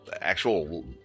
actual